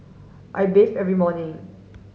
I bathe every morning